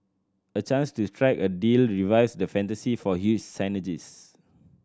a chance to strike a deal revives the fantasy for huge synergies